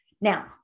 Now